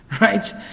Right